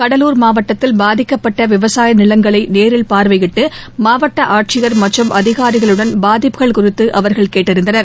கடலூர் மாவட்டத்தில் பாதிக்கப்பட்ட விவசாய நிலங்களை நேரில் பார்வையிட்டு மாவட்ட ஆட்சியர் மற்றும் அதிகாரிகளுடன் பாதிப்புகள் குறித்து அவர்கள் கேட்டறிந்தனர்